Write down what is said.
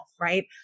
right